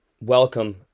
welcome